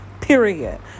Period